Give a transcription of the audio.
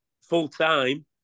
full-time